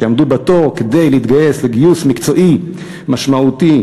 כדי להתגייס לשירות מקצועי משמעותי,